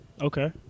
Okay